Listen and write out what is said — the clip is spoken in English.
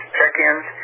check-ins